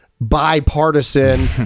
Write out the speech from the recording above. bipartisan